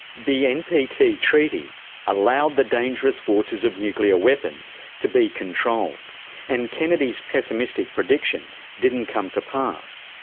the npt treaty treaty allowed the dangerous forces of nuclear weapons to be controlled and kennedy's pessimistic prediction didn't come to pass,